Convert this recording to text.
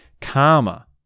karma